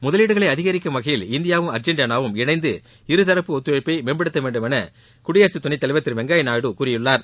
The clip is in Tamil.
முதலீடுகளை அதிகாரிக்கும் வகையில் இந்தியாவும் அர்ஜென்டினாவும் இணைந்து இருதரப்பு ஒத்துழைப்பை மேம்படுத்த வேண்டும் என குடியரசுத் துணைத் தலைவர் திரு வெங்கய்யா நாயுடு கூறியுள்ளார்